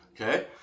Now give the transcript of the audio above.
okay